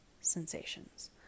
sensations